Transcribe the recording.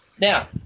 Now